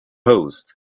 host